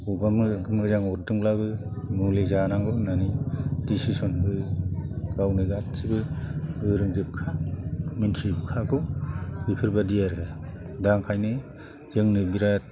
बबेबा मोजां अरदोंब्लाबो मुलि जानांगौ होन्नानै दिसिस'न होयो गावनो गासिबबो गोरोंजोबखा मिथिजोबखागौ बेफोरबायदि आरो दा ओंखायनो जोंनो बिराद